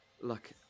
look